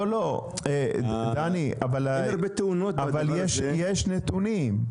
לא דני, אבל יש נתונים.